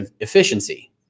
efficiency